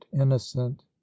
innocent